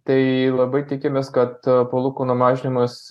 tai labai tikimės kad palūkanų mažinimas